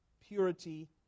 purity